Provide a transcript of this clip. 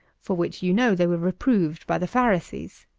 for which you know they were reproved by the pharisees.